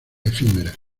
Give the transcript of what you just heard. efímera